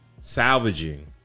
Salvaging